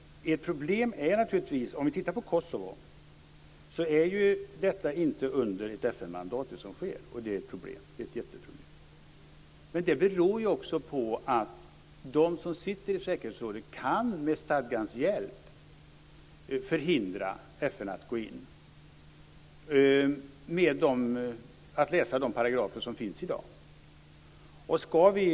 Om vi tittar på Kosovo så är det som sker där inte under ett FN-mandat, vilket är ett jätteproblem. Men det beror också på att de som sitter i säkerhetsrådet med stadgans hjälp, genom att läsa de paragrafer som finns i dag, kan förhindra FN att gå in.